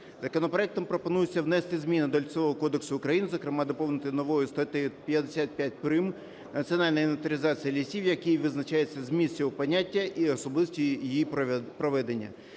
Законопроектом пропонується внести зміни до Лісового кодексу України, зокрема доповнити новою статтею 55 прим. "Національна інвентаризація лісів", в якій визначається зміст цього поняття і особливості її проведення,